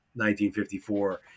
1954